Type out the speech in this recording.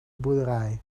boerderij